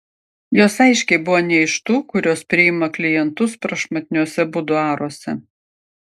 jos aiškiai buvo ne iš tų kurios priima klientus prašmatniuose buduaruose